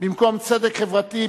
במקום צדק חברתי,